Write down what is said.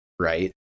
right